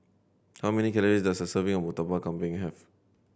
how many calories does a serving of Murtabak Kambing have